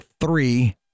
three